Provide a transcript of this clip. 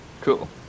Cool